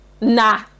nah